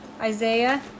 Isaiah